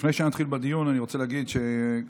לפני שנתחיל בדיון אני רוצה להגיד שנמצאים